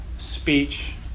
speech